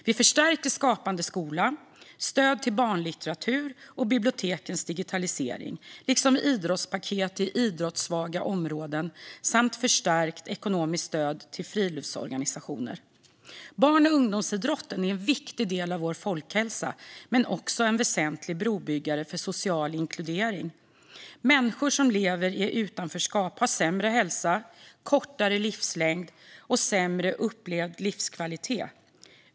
Vi förstärker Skapande skola, stödet till barnlitteratur och bibliotekens digitalisering, idrottspaketen i idrottssvaga områden samt det ekonomiska stödet till friluftsorganisationer. Barn och ungdomsidrotten är en viktig del av vår folkhälsa men också en väsentlig brobyggare för social inkludering. Människor som lever i utanförskap har sämre hälsa, kortare livslängd och sämre upplevd livskvalitet.